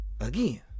Again